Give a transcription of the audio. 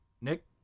Nick